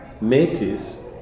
metis